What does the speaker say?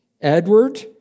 Edward